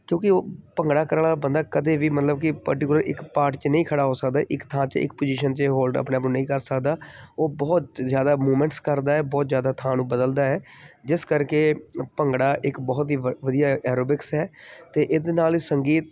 ਕਿਉਂਕਿ ਉਹ ਭੰਗੜਾ ਕਰਨ ਵਾਲਾ ਬੰਦਾ ਕਦੇ ਵੀ ਮਤਲਬ ਕਿ ਪਰਟੀਕਲਰ ਇੱਕ ਪਾਰਟ 'ਚ ਨਹੀਂ ਖੜਾ ਹੋ ਸਕਦਾ ਇੱਕ ਥਾਂ 'ਚ ਇੱਕ ਪੁਜ਼ੀਸ਼ਨ 'ਚ ਹੋਲਡ ਆਪਣੇ ਆਪ ਨੂੰ ਨਹੀਂ ਕਰ ਸਕਦਾ ਉਹ ਬਹੁਤ ਜ਼ਿਆਦਾ ਮੂਮੈਂਟਸ ਕਰਦਾ ਹੈ ਬਹੁਤ ਜ਼ਿਆਦਾ ਥਾਂ ਨੂੰ ਬਦਲਦਾ ਹੈ ਜਿਸ ਕਰਕੇ ਭੰਗੜਾ ਇੱਕ ਬਹੁਤ ਹੀ ਵ ਵਧੀਆ ਐਰੋਬਿਕਸ ਹੈ ਅਤੇ ਇਹਦੇ ਨਾਲ ਹੀ ਸੰਗੀਤ